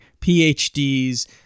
PhDs